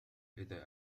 إذا